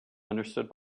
understood